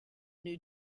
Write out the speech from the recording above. new